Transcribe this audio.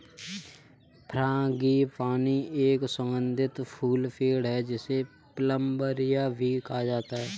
frangipani एक सुगंधित फूल पेड़ है, जिसे प्लंबरिया भी कहा जाता है